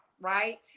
right